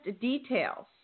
details